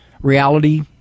reality